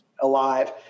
alive